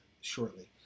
shortly